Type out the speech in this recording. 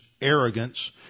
arrogance